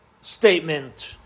statement